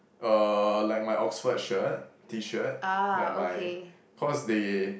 uh like my Oxford shirt T-shirt like my cause they